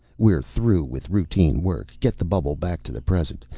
we're through with routine work. get the bubble back to the present.